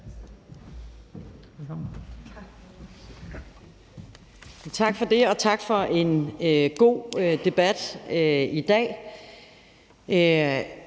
Tak for det, og tak for en god debat i dag.